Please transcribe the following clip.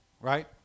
Right